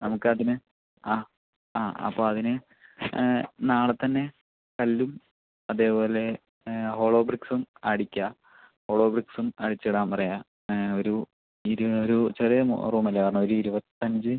നമുക്ക് അതിന് ആ ആ അപ്പോൾ അതിന് നാളെ തന്നെ കല്ലും അതേപോലെ ഹോളോ ബ്രിക്സും അടിക്കുക ഹോളോ ബ്രിക്സും അടിച്ച് ഇടാൻ പറയുക ഒരു ഇതിന് ഒരു ചെറിയ റൂം അല്ലേ പറഞ്ഞത് ഒരു ഇരുപത്തഞ്ച്